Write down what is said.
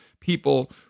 people